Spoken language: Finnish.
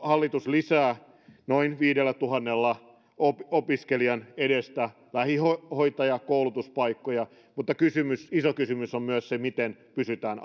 hallitus lisää noin viidentuhannen opiskelijan edestä lähihoitajakoulutuspaikkoja mutta iso kysymys on myös se miten pystytään